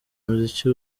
umuziki